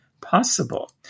possible